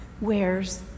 wears